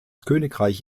königreich